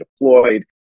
deployed